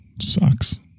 Sucks